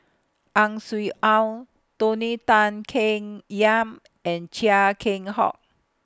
Ang Swee Aun Tony Tan Keng Yam and Chia Keng Hock